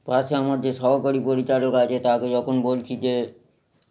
পাশে আমার যে সহকারী পরিচালক আছে তাকে যখন বলছি যে